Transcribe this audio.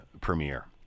premiere